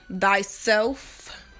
thyself